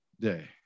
day